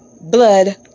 blood